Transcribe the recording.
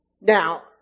Now